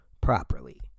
properly